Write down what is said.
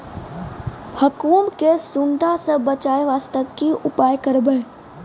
गहूम के सुंडा से बचाई वास्ते की उपाय करबै?